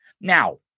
Now